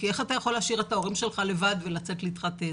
כי איך אתה יכול להשאיר את ההורים שלך לבד ולצאת להתחתן?